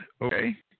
Okay